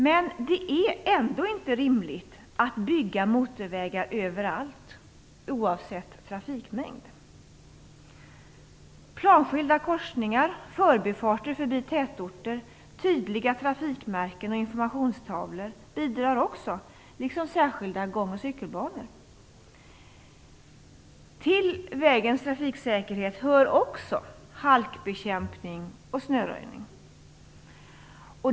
Men det är ändå inte rimligt att bygga motorvägar överallt, oavsett trafikmängd. Planskilda korsningar, förbifarter förbi tätorter, tydliga trafikmärken och informationstavlor bidrar också liksom särskilda gång och cykelbanor. Till vägens trafiksäkerhet hör också halkbekämpning och snöröjning.